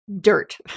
dirt